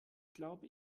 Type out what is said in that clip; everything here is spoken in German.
glaube